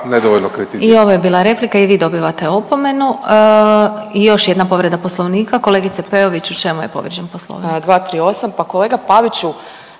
I ovo je bila replika i vi dobivate opomenu. Još jedna povreda Poslovnika. Kolegice Peović u čemu je povrijeđen Poslovnik? 238. **Peović,